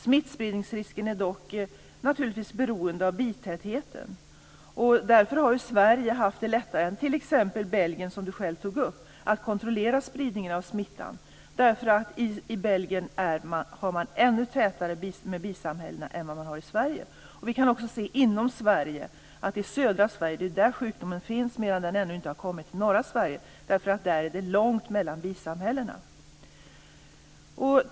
Smittspridningsrisken är dock naturligtvis beroende av bitätheten. Därför har Sverige haft lättare än t.ex. Belgien, som Ingvar Eriksson själv tog upp, att kontrollera spridningen av smittan. I Belgien har man ännu tätare mellan bisamhällena än vad vi har i Sverige. Inom Sverige kan vi se att det är i södra Sverige sjukdomen finns, medan den ännu inte har kommit till norra Sverige eftersom det är långt mellan bisamhällena där.